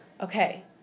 okay